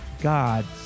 God's